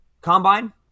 combine